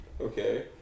Okay